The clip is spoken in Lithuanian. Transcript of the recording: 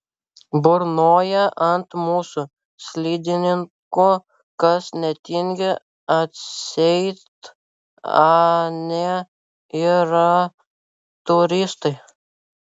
burnoja ant mūsų slidininkų kas netingi atseit anie yra turistai